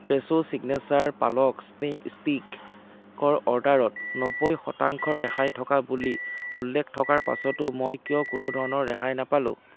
ফ্ৰেছো signature palak snack ষ্টিকৰ অৰ্ডাৰত নব্বৈ শতাংশ ৰেহাই থকা বুলি উল্লেখ থকাৰ পাছতো মই কিয় কোনোধৰণৰ ৰেহাই নাপালোঁ